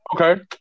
Okay